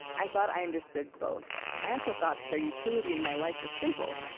i thought i understood both. i also thought that their utility in my life was simple.